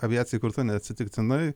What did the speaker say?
aviacija įkurta neatsitiktinai